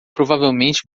provavelmente